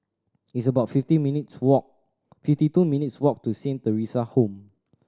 it's about fifty minutes' walk fifty two minutes' walk to Saint Theresa Home